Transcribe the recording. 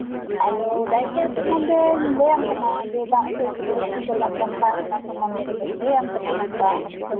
ᱟᱫᱚ ᱰᱟᱭᱨᱤᱭᱟ ᱨᱮᱭᱟᱜ ᱫᱳᱧ ᱞᱟᱹᱭ ᱟᱢ ᱠᱟᱱᱟ ᱫᱟᱜ ᱥᱮᱡᱽ ᱜᱤᱫᱽᱨᱟᱹ ᱠᱚᱠᱚ ᱪᱟᱞᱟᱜ ᱠᱟᱱ ᱠᱷᱟᱡ ᱚᱱᱟ ᱥᱚᱢᱚᱱᱫᱷᱮ ᱵᱚᱞᱮ ᱞᱟᱹᱭ ᱟᱢ ᱠᱟᱱᱟ ᱱᱚᱝᱠᱟ